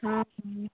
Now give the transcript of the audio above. ହଁ